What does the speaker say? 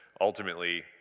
ultimately